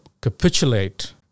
capitulate